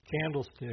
candlestick